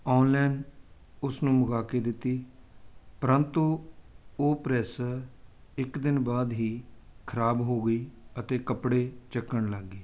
online ਉਸਨੂੰ ਮੰਗਵਾ ਕੇ ਦਿੱਤੀ ਪ੍ਰੰਤੂ ਉਹ ਪ੍ਰੈੱਸ ਇੱਕ ਦਿਨ ਬਾਅਦ ਹੀ ਖਰਾਬ ਹੋ ਗਈ ਅਤੇ ਕੱਪੜੇ ਚੱਕਣ ਲੱਗ ਗਈ